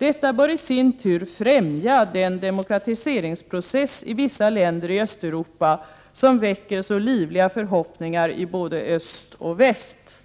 Detta bör i sin tur främja den demokratiseringsprocess i vissa länder i Östeuropa som väcker så livliga förhoppningar i både öst och väst.